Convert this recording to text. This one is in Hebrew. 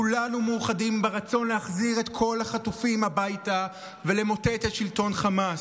כולנו מאוחדים ברצון להחזיר את כל החטופים הביתה ולמוטט את שלטון חמאס.